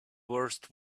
worst